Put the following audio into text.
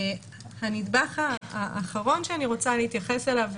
הנדבך האחרון שאני רוצה להתייחס אליו,